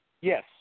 Yes